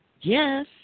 yes